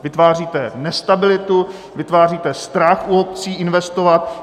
Vytváříte nestabilitu, vytváříte strach u obcí investovat.